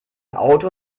auto